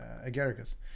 agaricus